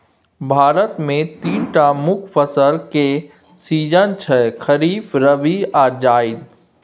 भारत मे तीनटा मुख्य फसल केर सीजन छै खरीफ, रबी आ जाएद